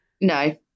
No